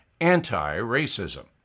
anti-racism